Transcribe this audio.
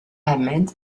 ahmed